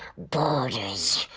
borders.